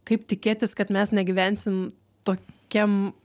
kaip tikėtis kad mes negyvensim tokiam